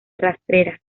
rastrera